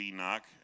Enoch